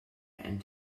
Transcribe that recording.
and